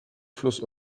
fluss